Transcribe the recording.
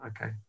okay